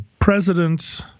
president